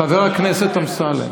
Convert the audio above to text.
חבר הכנסת אמסלם,